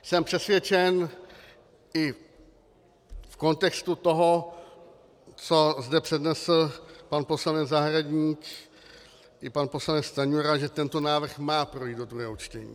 Jsem přesvědčen i v kontextu toho, co zde přednesl pan poslanec Zahradník i pan poslanec Stanjura, že tento návrh má projít do druhého čtení.